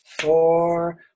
four